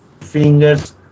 fingers